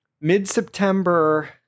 mid-September